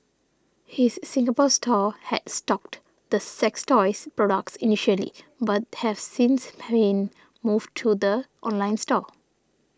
his Singapore store had stocked the sex toys products initially but have since been moved to the online store